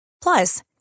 Plus